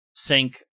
sink